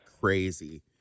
crazy